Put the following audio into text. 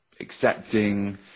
accepting